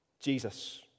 Jesus